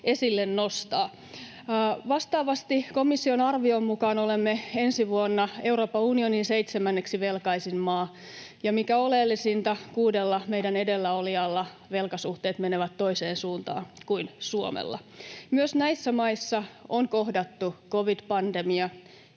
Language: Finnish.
esille nostaa. Vastaavasti komission arvion mukaan olemme ensi vuonna Euroopan unionin seitsemänneksi velkaisin maa, ja mikä oleellisinta, kuudella meidän edellä olijalla velkasuhteet menevät toiseen suuntaan kuin Suomella. Myös näissä maissa on kohdattu covid-pandemia